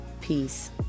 Peace